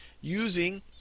using